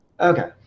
Okay